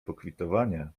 pokwitowanie